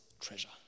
treasure